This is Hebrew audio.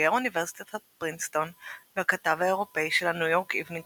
בוגר אוניברסיטת פרינסטון והכתב האירופאי של ה"ניו יורק איבנינג